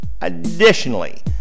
Additionally